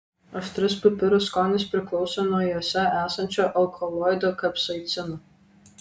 aštrus pipirų skonis priklauso nuo juose esančio alkaloido kapsaicino